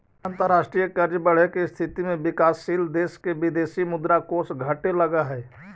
अंतरराष्ट्रीय कर्ज बढ़े के स्थिति में विकासशील देश के विदेशी मुद्रा कोष घटे लगऽ हई